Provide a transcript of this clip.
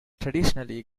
traditionally